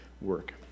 work